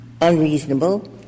unreasonable